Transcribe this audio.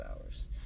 hours